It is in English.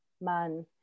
man